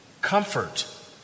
Comfort